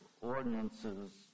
ordinances